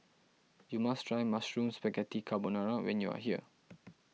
you must try Mushroom Spaghetti Carbonara when you are here